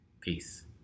Peace